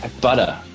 butter